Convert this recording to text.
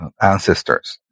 ancestors